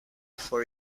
for